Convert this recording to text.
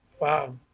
Wow